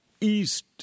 east